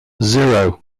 zero